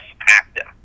active